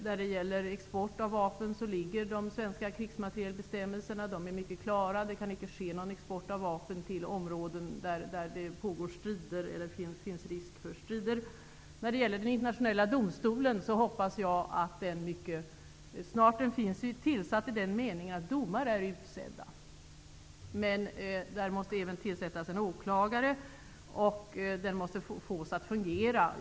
När det gäller export av vapen är de svenska krigsmaterielbestämmelserna mycket klara. Det kan icke ske någon export av vapen till områden där det pågår strider eller finns risk för strider. Den internationella domstolen finns i den meningen att domare är utsedda. Men även en åklagare måste tillsättas, och domstolen måste fås att fungera.